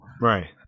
right